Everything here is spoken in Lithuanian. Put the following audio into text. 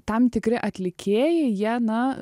tam tikri atlikėjai jie na